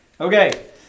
Okay